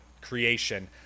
creation